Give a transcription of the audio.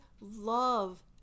love